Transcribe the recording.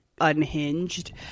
unhinged